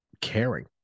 caring